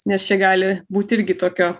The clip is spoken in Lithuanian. nes čia gali būti irgi tokio